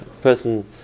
person